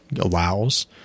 allows